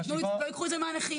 שלא תיקח את זה מהנכים.